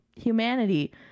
humanity